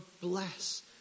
bless